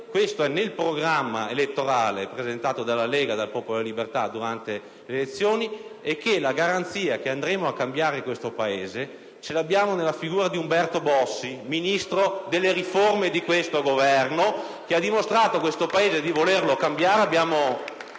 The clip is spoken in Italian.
parte del programma elettorale presentato dalla Lega e dal Popolo della libertà durante le elezioni e che la garanzia che andremo a cambiare questo Paese ce l'abbiamo nella figura di Umberto Bossi, ministro delle riforme di questo Governo *(Applausi dal Gruppo LNP. Commenti dal